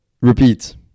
Repeat